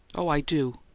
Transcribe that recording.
oh, i do!